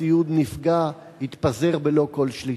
הציוד נפגע והתפזר בלא כל שליטה.